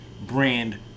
brand